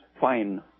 fine